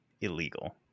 illegal